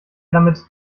damit